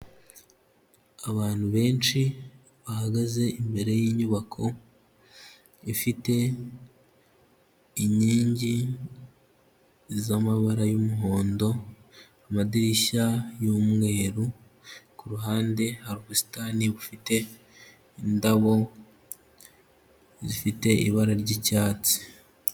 Abantu benshi bahagaze imbere y'inyubako ifite inkingi z'amabara y'umuhondo, amadirishya y'umweru, ku ruhande hari ubusitani bufite indabo zifite ibara ry'icyatsi.